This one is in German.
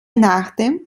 nachdem